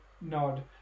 nod